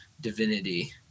divinity